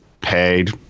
paid